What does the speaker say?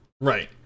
Right